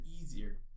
easier